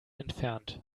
entfernt